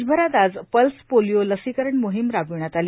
देशभरात आज pulse polio लसीकरण मोहीम राबवण्यात आली